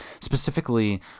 specifically